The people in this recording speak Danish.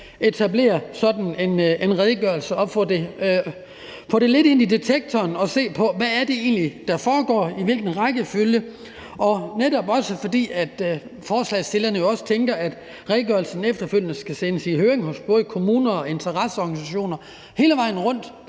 udarbejdet sådan en redegørelse og få det lidt ind i en detektor, altså få set på, hvad det egentlig er, der foregår, og i hvilken rækkefølge. Netop fordi forslagsstillerne jo også tænker, at redegørelsen efterfølgende skal sendes i høring hos både kommuner og interesseorganisationer, hele vejen rundt,